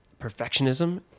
perfectionism